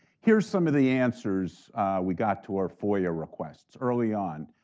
here's some of the answers we got to our foia requests, early on.